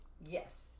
yes